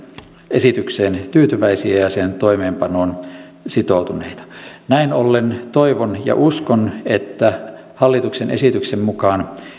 esitykseen tyytyväisiä ja ja sen toimeenpanoon sitoutuneita näin ollen toivon ja uskon että hallituksen esityksen mukaan